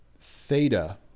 theta